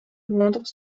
londres